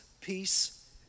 peace